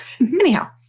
Anyhow